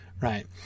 right